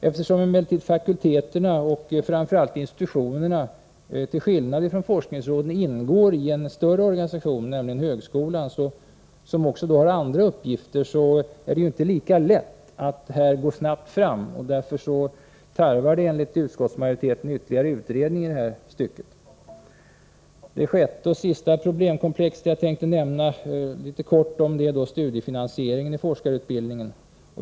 Eftersom emellertid Nr 166 fakulteterna och framför allt institutionerna — till skillnad från forskningsråden — ingår i en större organisation, nämligen högskolan, som också har andra uppgifter, är det inte lika lätt att här gå snabbt fram. Därför tarvar detta, enligt utskottsmajoriteten, ytterligare utredning. Det sjätte och sista problemkomplex jag tänkte säga några ord om är frågan om studiefinansieringen i forskarutbildningen.